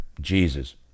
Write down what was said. Jesus